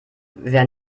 wer